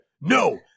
no